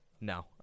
no